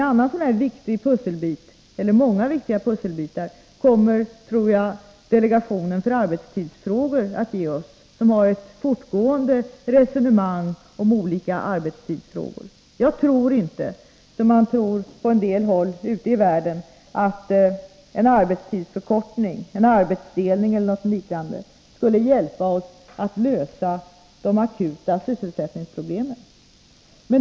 Många andra viktiga pusselbitar kommer, tror jag, delegationen för arbetstidsfrågor att ge oss. Delegationen för ett fortgående resonemang om olika arbetstidsfrågor. Jag tror inte, som man gör på en del håll ute i världen, att en arbetstidsförkortning, en arbetsdelning eller någonting liknande skulle kunna hjälpa oss att lösa de akuta sysselsättningsproblemen.